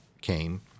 came